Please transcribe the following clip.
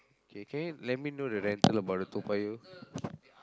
can can can you let me know the rental about the Toa-Payoh